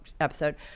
episode